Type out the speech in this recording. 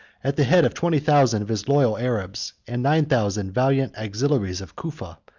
at the head of twenty thousand of his loyal arabs, and nine thousand valiant auxiliaries of cufa,